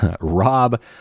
Rob